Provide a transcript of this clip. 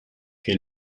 que